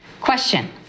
Question